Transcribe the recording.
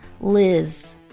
Liz